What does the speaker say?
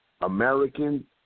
American